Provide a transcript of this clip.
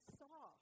saw